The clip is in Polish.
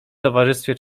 towarzystwie